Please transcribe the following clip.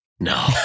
No